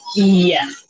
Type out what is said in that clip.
Yes